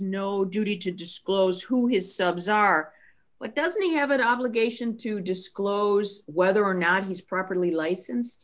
no duty to disclose who his subs are but doesn't he have an obligation to disclose whether or not he's properly license